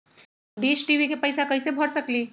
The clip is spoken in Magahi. डिस टी.वी के पैईसा कईसे भर सकली?